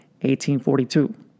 1842